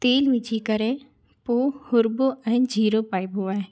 तेल विझी करे पोइ हुरॿो ऐं जीरो पाइबो आहे